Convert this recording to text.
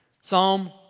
Psalm